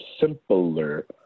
simpler